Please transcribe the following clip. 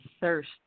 thirst